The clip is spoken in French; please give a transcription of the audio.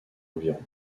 environ